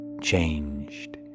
changed